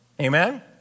Amen